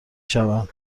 شوم